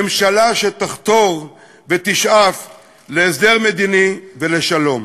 ממשלה שתחתור ותשאף להסדר מדיני ולשלום.